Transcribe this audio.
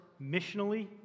missionally